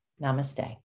Namaste